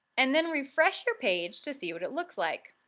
and then refresh your page to see what it looks like.